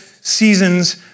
seasons